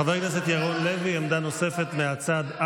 חבר הכנסת ירון לוי, עמדה נוספת מהצד.